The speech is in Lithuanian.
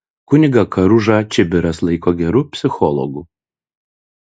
kunigą karužą čibiras laiko geru psichologu